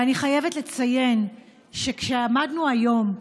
ואני חייבת לציין שעמדנו היום,